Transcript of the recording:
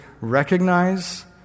recognize